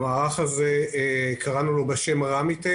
למערך הזה קראנו בשם 'רמיטק'